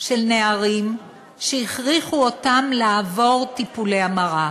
של נערים שהכריחו אותם לעבור טיפולי המרה.